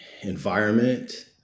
environment